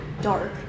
dark